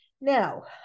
now